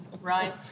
right